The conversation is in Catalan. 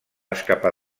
escapar